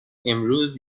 امروز